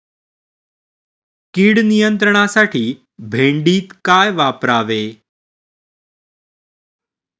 कीड नियंत्रणासाठी भेंडीत काय वापरावे?